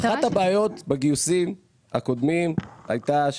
את הבעיות בגיוסים הקודמים הייתה,